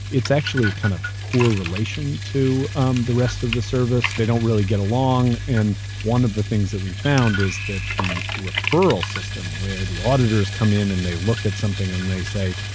it's actually a kind of poor relation to um the rest of the service. they don't really get along, and one of the things that we've found is that the referral system, where the auditors come in and they look at something and they say,